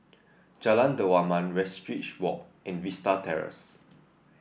Jalan Dermawan Westridge Walk and Vista Terrace